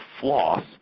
floss